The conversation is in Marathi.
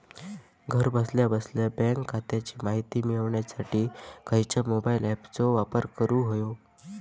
घरा बसल्या बसल्या बँक खात्याची माहिती मिळाच्यासाठी खायच्या मोबाईल ॲपाचो वापर करूक होयो?